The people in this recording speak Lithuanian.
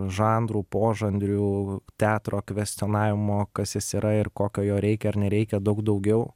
žanrų požanrių teatro kvestionavimo kas jis yra ir kokio jo reikia ar nereikia daug daugiau